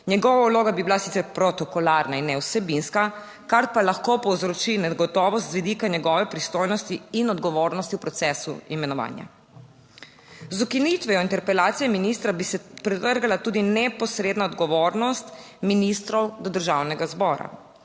Njegova vloga bi bila sicer protokolarna in ne vsebinska, kar pa lahko povzroči negotovost z vidika njegove pristojnosti in odgovornosti v procesu imenovanja. Z ukinitvijo interpelacije ministra bi se pretrgala tudi neposredna odgovornost ministrov do državnega zbora.